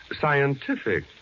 scientific